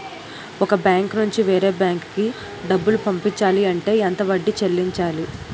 ఒక బ్యాంక్ నుంచి వేరే బ్యాంక్ కి డబ్బులు పంపించాలి అంటే ఎంత వడ్డీ చెల్లించాలి?